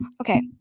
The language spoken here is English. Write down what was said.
Okay